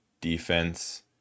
defense